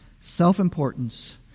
Self-importance